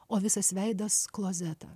o visas veidas klozetą